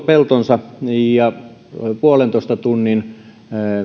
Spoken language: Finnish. peltonsa ja puolentoista tunnin